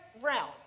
realm